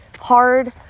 hard